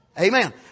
Amen